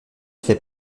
fait